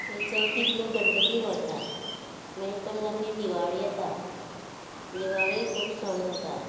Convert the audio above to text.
मागीर चवथीक लोक गणपती व्हरता माई परत आमगे दिवाळी येता दिवाळीक खूब सण जाता